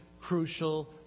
crucial